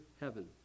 heaven